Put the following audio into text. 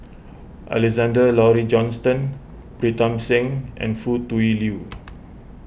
Alexander Laurie Johnston Pritam Singh and Foo Tui Liew